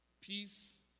Peace